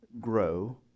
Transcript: grow